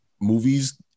movies